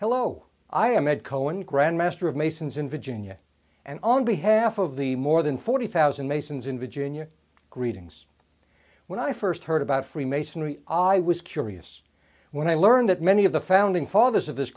hello i am ed cohen grand master of masons in virginia and on behalf of the more than forty thousand masons in virginia greetings when i first heard about freemasonry i was curious when i learned that many of the founding fathers of this